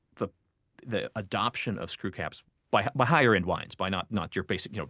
the the adoption of screw caps by by higher-end wines by not not your basic, you know